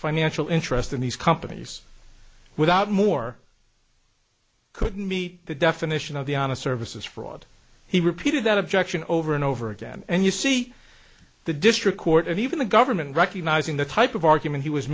financial interest in these companies without more couldn't meet the definition of the honest services fraud he repeated that objection over and over again and you see the district court and even the government recognizing the type of argument he was